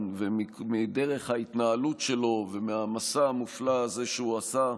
ומדרך ההתנהלות שלו ומהמסע המופלא הזה שהוא עשה.